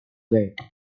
weight